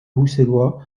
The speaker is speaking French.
bruxellois